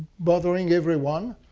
bothering everyone.